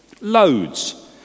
loads